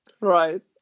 Right